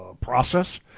process